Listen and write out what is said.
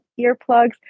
earplugs